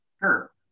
Sure